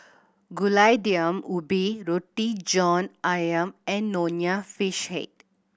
Gulai Daun Ubi Roti John Ayam and Nonya Fish Head